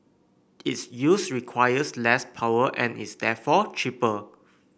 its use requires less power and is therefore cheaper